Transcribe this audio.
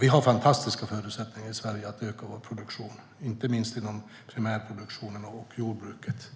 Vi har fantastiska förutsättningar i Sverige att öka vår produktion, inte minst inom primärproduktionen och jordbruket.